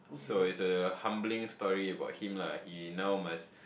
so is a humbling story about him lah he now must